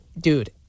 dude